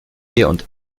und